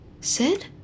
Sid